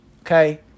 okay